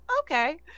okay